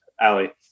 Allie